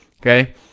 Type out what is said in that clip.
okay